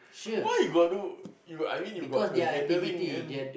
why you got do you I mean the you got the gathering and